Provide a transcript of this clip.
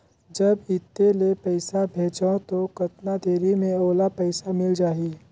जब इत्ते ले पइसा भेजवं तो कतना देरी मे ओला पइसा मिल जाही?